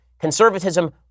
conservatism